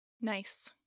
Nice